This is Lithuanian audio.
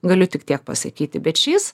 galiu tik tiek pasakyti bet šiais